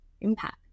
impact